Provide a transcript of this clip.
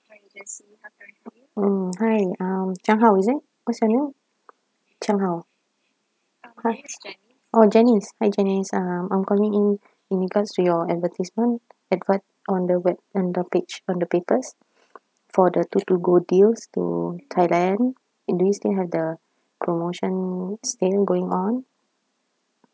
oh hi um chiang hao is it what's your name chiang hao oh janice hi janice um I'm calling in in regards to your advertisement advert on the web on the pic~ on the papers for the two to go deals to thailand and do you still have the promotion still going on